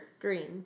Green